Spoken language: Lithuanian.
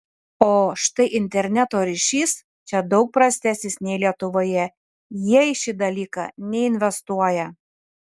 o štai interneto ryšys čia daug prastesnis nei lietuvoje jie į šį dalyką neinvestuoja